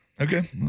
Okay